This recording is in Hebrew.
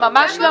לא לא, ממש לא.